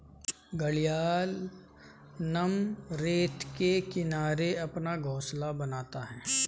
घड़ियाल नम रेत के किनारे अपना घोंसला बनाता है